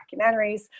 documentaries